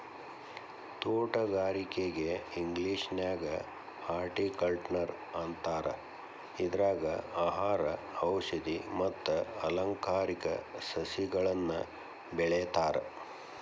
ತೋಟಗಾರಿಕೆಗೆ ಇಂಗ್ಲೇಷನ್ಯಾಗ ಹಾರ್ಟಿಕಲ್ಟ್ನರ್ ಅಂತಾರ, ಇದ್ರಾಗ ಆಹಾರ, ಔಷದಿ ಮತ್ತ ಅಲಂಕಾರಿಕ ಸಸಿಗಳನ್ನ ಬೆಳೇತಾರ